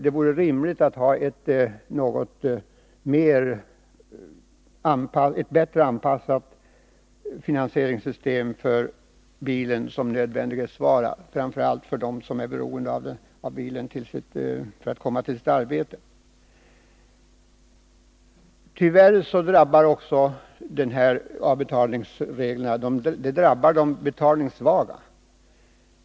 Det vore rimligt att ha ett finansieringssystem som är bättre anpassat till bilen som nödvändighetsvara, framför allt för dem som är beroende av bilen för att komma till sitt arbete. Tyvärr drabbar också dessa avbetalningsregler de betalningssvaga.